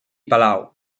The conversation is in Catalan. palau